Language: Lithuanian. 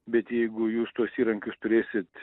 bet jeigu jūs tuos įrankius turėsit